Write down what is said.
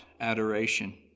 adoration